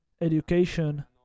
education